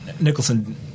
Nicholson